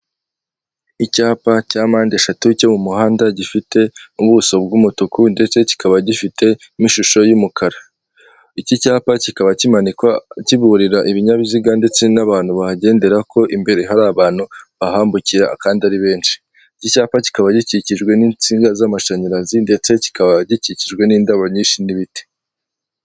Icyapa cyo mu muhanda cya mande eshatu gifite ubuso bw'umutuku ndetse kikaba gifite n'ishusho y'umukara. Iki cyapa kikaba kimanikwa, kiburira ibinyabiziga, ndetse n'abantu bahagendera ko imbere hari abantu bahambukira kandi ari benshi. Iki cyapa kikaba gikikijwe n'insinga z'amashanyarazi ndetse kikaba gikikijwe n'indabo nyinshi n'ibiti.